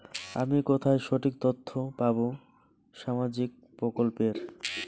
আমি কোথায় সঠিক তথ্য পাবো সামাজিক প্রকল্পের?